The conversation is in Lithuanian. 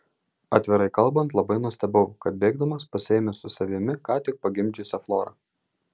atvirai kalbant labai nustebau kad bėgdamas pasiėmė su savimi ką tik pagimdžiusią florą